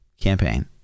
campaign